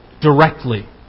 directly